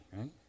right